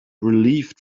relieved